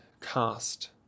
Cast